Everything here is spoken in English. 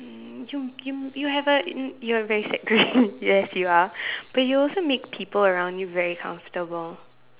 mm you you you have a in you are very sexy yes you are but you also make people around you very comfortable